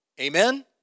Amen